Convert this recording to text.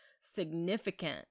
significant